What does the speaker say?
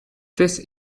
this